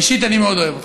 אישית אני מאוד אוהב אותך.